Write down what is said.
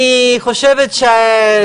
ואחר כך עושים את הצעדים הראשונים.